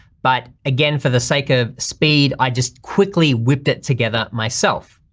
but again, for the sake of speed i just quickly whipped it together myself.